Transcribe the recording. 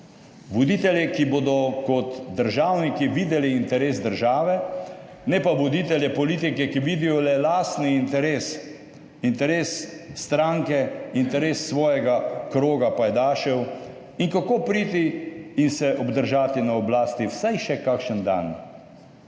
voditelje, ki bodo kot državniki videli interes države, ne pa voditelje politike, ki vidijo le lastni interes, interes stranke, interes svojega kroga pajdašev in kako priti in se obdržati na oblasti vsaj še kakšen dan.